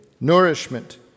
nourishment